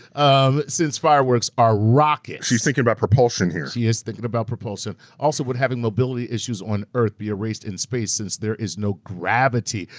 um since fireworks are rockets. she's thinking about propulsion here. she is thinking about propulsion. also, would having mobility issues on earth be erased in space since there is no gravity?